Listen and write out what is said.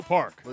Park